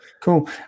Cool